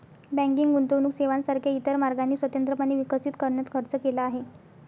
banking गुंतवणूक सेवांसारख्या इतर मार्गांनी स्वतंत्रपणे विकसित करण्यात खर्च केला आहे